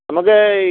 നമ്മൾക്ക് ഈ